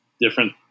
different